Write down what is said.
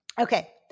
Okay